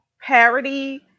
parody